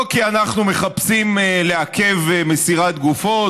לא כי אנחנו מחפשים לעכב מסירת גופות,